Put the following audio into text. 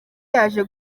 yaje